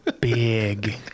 big